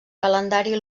calendari